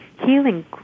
healing